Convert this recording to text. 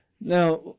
Now